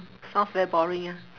sounds very boring ah